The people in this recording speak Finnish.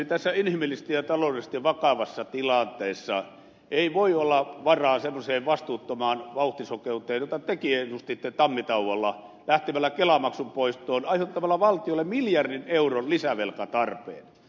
tässä inhimillisesti ja taloudellisesti vakavassa tilanteessa ei voi olla varaa semmoiseen vastuuttomaan vauhtisokeuteen jota tekin edustitte tammitauolla lähtemällä kelamaksun poistoon aiheuttamalla valtiolle miljardin euron lisävelkatarpeen